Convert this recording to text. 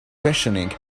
questioning